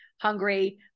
hungry